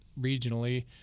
regionally